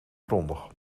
grondig